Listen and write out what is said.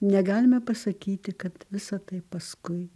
negalime pasakyti kad visa tai paskui